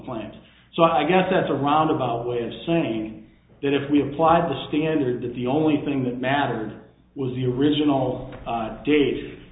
plans so i guess that's a roundabout way of saying that if we applied the standard of the only thing that mattered was the original